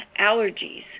allergies